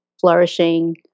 flourishing